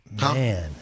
Man